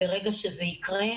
ברגע שזה יקרה,